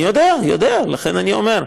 אני יודע, יודע, לכן אני אומר.